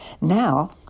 Now